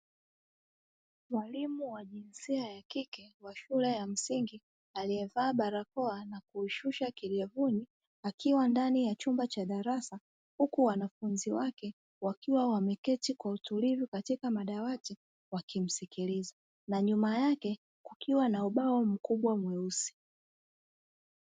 Mwalimu wa jinsia ya kike wa shule ya msingi aliyevaa barakoa na kuishusha kidevuni, akiwa ndani ya chumba cha darasa huku wanafunzi wake wakiwa wameketi kwa utulivu katika madawati wakimsikiliza, na nyuma yake kukiwa na ubao mkubwa mweusi.